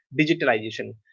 digitalization